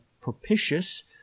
propitious